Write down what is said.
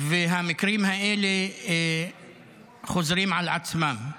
והמקרים האלה חוזרים על עצמם.